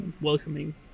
welcoming